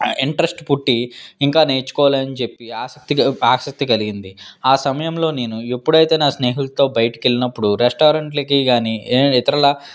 interest పుట్టి ఇంకా నేర్చుకోవాలని చెప్పి ఆసక్తి ఆసక్తి కలిగింది ఆ సమయంలో నేను ఎప్పుడైనా నా స్నేహితులతో బయటకు వెళ్ళినప్పుడు రెస్టారెంట్లకిగాని ఏదైనా ఇతరుల